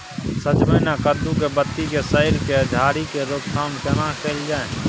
सजमैन आ कद्दू के बाती के सईर के झरि के रोकथाम केना कैल जाय?